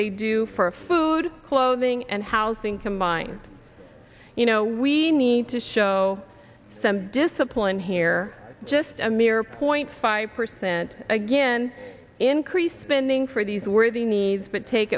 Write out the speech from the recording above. they do for food clothing and housing combined you know we need to show some discipline here we're just a mere point five percent again increased spending for these were the needs that take